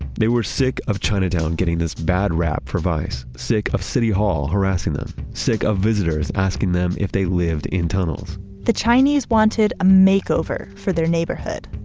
they were sick of chinatown getting this bad rep for vice, sick of city hall harassing them, sick of visitors asking them if they lived in tunnels the chinese wanted a makeover for their neighborhood.